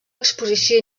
exposició